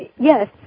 Yes